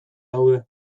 daude